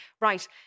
right